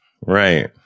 right